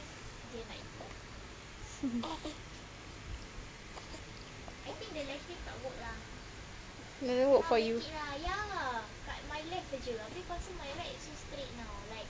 didn't work for you